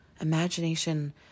Imagination